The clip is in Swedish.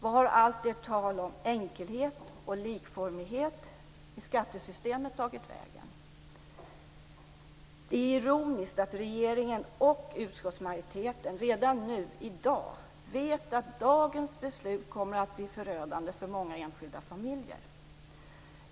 Var har allt ert tal om enkelhet och likformighet i skattesystemet tagit vägen? Det är ironiskt att regeringen och utskottsmajoriteten redan nu, i dag, vet att dagens beslut kommer att bli förödande för många enskilda familjer.